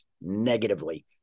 negatively